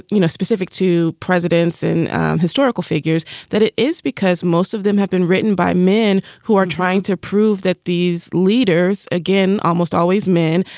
you know, specific to presidents and historical figures that it is because most of them have been written by men who are trying to prove that these leaders, again, almost always men,